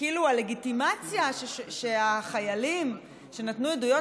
כאילו הלגיטימציה שהחיילים שנתנו עדויות